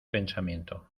pensamiento